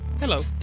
Hello